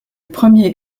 premier